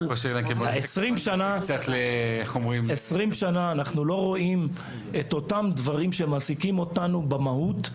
אבל 20 שנה אנחנו לא רואים את אותם דברים שמעסיקים אותנו במהות,